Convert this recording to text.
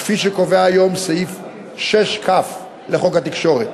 כפי שקובע היום סעיף 6כ לחוק התקשורת.